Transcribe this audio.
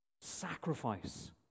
sacrifice